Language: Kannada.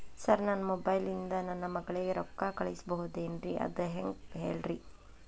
ಸರ್ ನನ್ನ ಮೊಬೈಲ್ ಇಂದ ನನ್ನ ಮಗಳಿಗೆ ರೊಕ್ಕಾ ಕಳಿಸಬಹುದೇನ್ರಿ ಅದು ಹೆಂಗ್ ಹೇಳ್ರಿ